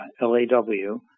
L-A-W